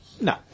No